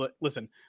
listen